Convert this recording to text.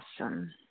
Awesome